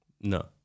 No